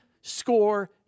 score